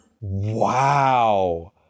Wow